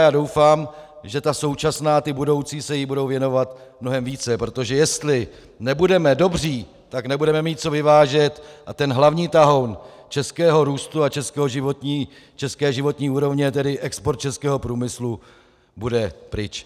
Já doufám, že ta současná i budoucí se jí budou věnovat mnohem více, protože jestli nebudeme dobří, tak nebudeme mít co vyvážet a ten hlavní tahoun českého růstu a české životní úrovně, tedy export českého průmyslu, bude pryč.